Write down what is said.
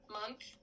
month